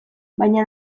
baina